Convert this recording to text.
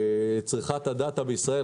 צריכת הדאטה בישראל,